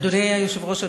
אדוני היושב-ראש,